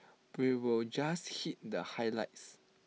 we will just hit the highlights